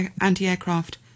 anti-aircraft